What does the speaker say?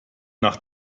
nach